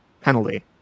penalty